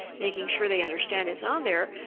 making sure they understand it's on there,